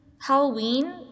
Halloween